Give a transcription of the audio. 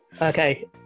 Okay